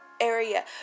area